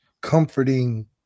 Comforting